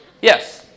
Yes